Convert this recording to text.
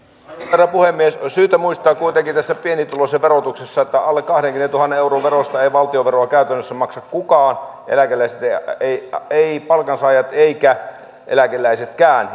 herra puhemies on syytä muistaa kuitenkin tästä pienituloisten verotuksesta että alle kahdenkymmenentuhannen euron tulosta ei valtionveroa käytännössä maksa kukaan eivät palkansaajat eivätkä eläkeläisetkään